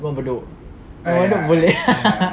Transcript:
boleh